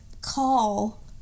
call